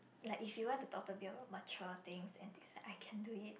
like if you want to talk to me about mature things and things like I can do it